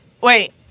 Wait